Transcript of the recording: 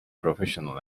professional